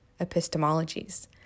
epistemologies